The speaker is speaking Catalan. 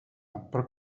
però